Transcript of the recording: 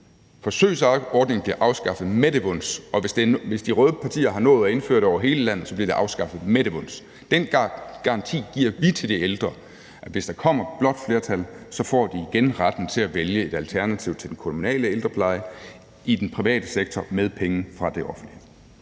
Forsøgsordningen bliver afskaffet med det vons, og hvis de røde går partier har nået at indføre det over hele landet, bliver det afskaffet med det vons. Den garanti giver vi til de ældre: Hvis der kommer et blåt flertal, får de igen retten til at vælge et alternativ til den kommunale ældrepleje i den private sektor med penge fra det offentlige.